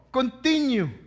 continue